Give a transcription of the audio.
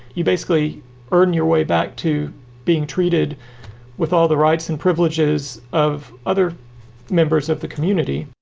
you basically earn your way back to being treated with all the rights and privileges of other members of the community